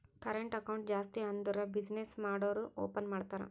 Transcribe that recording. current account ಜಾಸ್ತಿ ಅಂದುರ್ business ಮಾಡೂರು ಓಪನ್ ಮಾಡ್ತಾರ